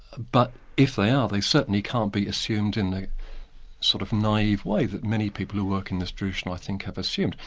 but if they are, they certainly can't be assumed in the sort of naive way that many people who work in this tradition i think have assumed,